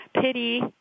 pity